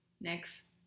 next